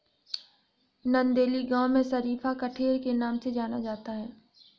नंदेली गांव में शरीफा कठेर के नाम से जाना जाता है